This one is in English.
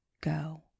go